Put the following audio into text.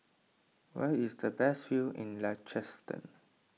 where is the best view in Liechtenstein